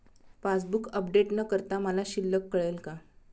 Passbook update न करता मला शिल्लक कळेल का?